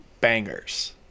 bangers